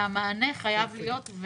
והמענה חייב להיות.